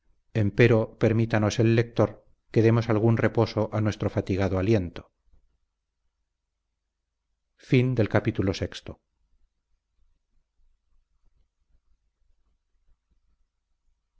empero permítanos el lector que demos algún reposo a nuestro fatigado aliento